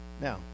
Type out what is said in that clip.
now